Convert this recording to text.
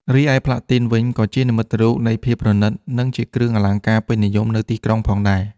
រីឯផ្លាទីនវិញក៏ជានិមិត្តរូបនៃភាពប្រណិត និងជាគ្រឿងអលង្ការពេញនិយមនៅទីក្រុងផងដែរ។